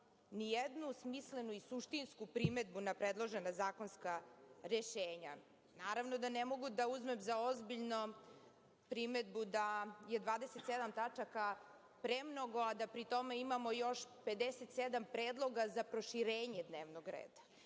nijednu smislenu i suštinsku primedbu na predložena zakonska rešenja. Naravno da ne mogu da uzmem za ozbiljno primedbu da je 27 tačaka premnogo, a da pri tome imamo još 57 predloga za proširenje dnevnog reda.